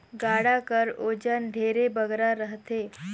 गाड़ा कर ओजन ढेरे बगरा रहथे